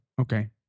Okay